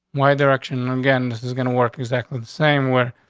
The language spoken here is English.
why direction again? this is gonna work exactly the same where,